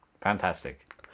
Fantastic